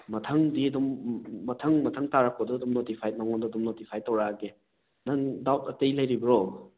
ꯃꯊꯪꯗꯤ ꯑꯗꯨꯝ ꯃꯊꯪ ꯃꯊꯪ ꯇꯥꯔꯛꯄꯗꯣ ꯑꯗꯨꯝ ꯅꯣꯇꯤꯐꯥꯏꯠ ꯅꯪꯉꯣꯟꯗ ꯑꯗꯨꯝ ꯅꯣꯇꯤꯐꯥꯏꯠ ꯇꯧꯔꯛꯑꯒꯦ ꯅꯪ ꯗꯥꯎꯠ ꯑꯇꯩ ꯂꯩꯔꯤꯕ꯭ꯔꯣ